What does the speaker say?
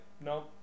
no